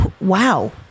wow